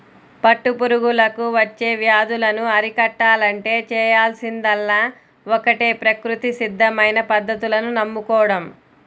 పట్టు పురుగులకు వచ్చే వ్యాధులను అరికట్టాలంటే చేయాల్సిందల్లా ఒక్కటే ప్రకృతి సిద్ధమైన పద్ధతులను నమ్ముకోడం